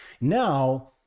now